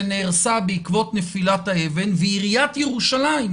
שנהרסה בעקבות נפילת האבן ועיריית ירושלים,